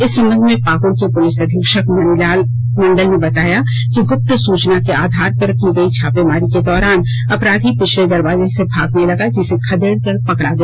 इस संबंध में पाकुड़ के पुलिस अधीक्षक मणिलाल मंडल ने बताया कि गुप्त सूचना के आधार पर की गई छापेमारी के दौरान अपराधी पिछले दरवाजे से भागने लगा जिसे खदेड़कर पकड़ा गया